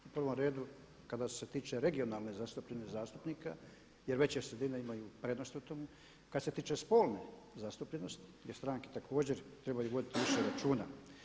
U prvom redu kada se tiče regionalne zastupljenosti zastupnika jer veće sredine imaju prednost u tome, kada se tiče spolne zastupljenosti jer stranke također trebaju voditi više računa.